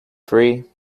free